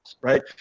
right